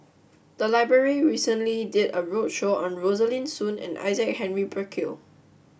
the library recently did a roadshow on Rosaline Soon and Isaac Henry Burkill